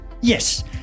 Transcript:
Yes